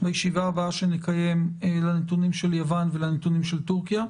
בישיבה הבאה שנקיים לנתונים של יוון ולנתונים של טורקיה.